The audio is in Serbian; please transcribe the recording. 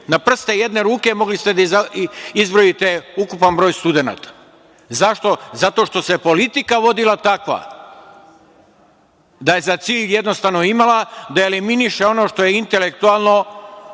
na prste jedne ruke mogli ste da izbrojite ukupan broj studenata. Zašto? Zato što se politika vodila takva da je za cilj jednostavno imala da eliminiše ono što je intelektualno,